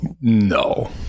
No